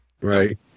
Right